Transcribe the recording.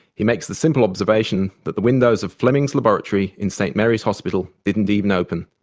he makes the simple observation that the windows of fleming's laboratory in st mary's hospital didn't even open!